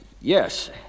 Yes